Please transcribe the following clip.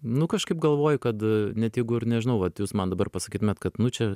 nu kažkaip galvoju kad net jeigu ir nežinau vat jūs man dabar pasakytumėt kad nu čia